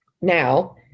now